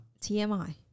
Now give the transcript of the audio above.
tmi